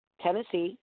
Tennessee